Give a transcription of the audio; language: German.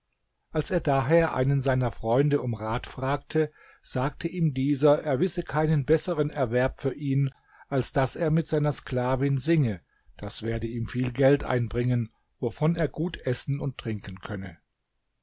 als er daher einen seiner freunde um rat fragte sagte ihm dieser er wisse keinen besseren erwerb für ihn als daß er mit seiner sklavin singe das werde ihm viel geld einbringen wovon er gut essen und trinken könne